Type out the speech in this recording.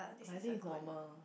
but I think it's normal